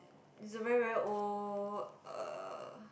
it's a very very old uh